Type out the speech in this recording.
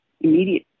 immediate